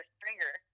Stringer